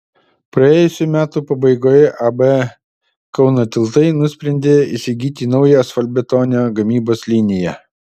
praėjusių metų pabaigoje ab kauno tiltai nusprendė įsigyti naują asfaltbetonio gamybos liniją